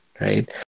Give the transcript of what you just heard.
Right